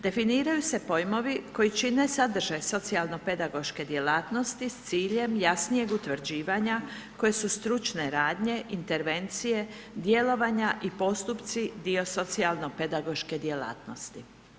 Definiraju se pojmovi koji čine sadržaj socijalno pedagoške djelatnosti s ciljem jasnijeg utvrđivanja koje su stručne radnje, intervencije, djelovanja i postupci dio socijalno pedagoške djelatnosti.